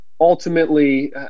ultimately